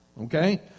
okay